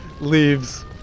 leaves